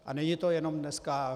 A není to jenom dneska.